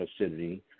acidity